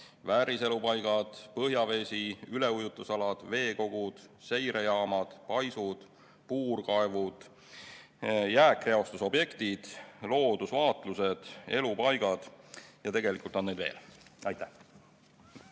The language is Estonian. vääriselupaigad, põhjavesi, üleujutusalad, veekogud, seirejaamad, paisud, puurkaevud, jääkreostusobjektid, loodusvaatlused, elupaigad, ja tegelikult on neid veel. Aitäh!